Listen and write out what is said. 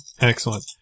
Excellent